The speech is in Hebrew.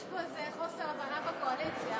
יש פה איזה חוסר הבנה בקואליציה.